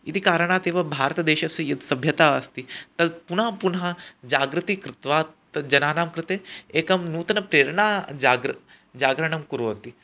इति कारणादेव भारतदेशस्य यद् सभ्यता अस्ति तद् पुनः पुनः जागृति कृत्वा तद् जनानां कृते एकं नूतनप्रेरणा जागृ जागरणं कुर्वन्ति